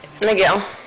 Miguel